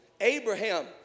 Abraham